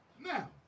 Now